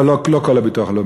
לא, לא כל הביטוח הלאומי.